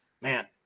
man